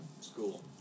school